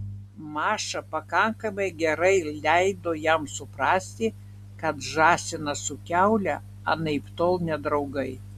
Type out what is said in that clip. maša pakankamai gerai leido jam suprasti kad žąsinas su kiaule anaiptol ne draugai